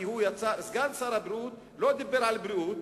כי סגן שר הבריאות לא דיבר על בריאות,